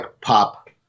pop